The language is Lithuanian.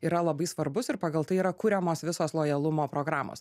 yra labai svarbus ir pagal tai yra kuriamos visos lojalumo programos